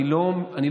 בוא, אני לא מתווכח.